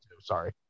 sorry